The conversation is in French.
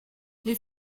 les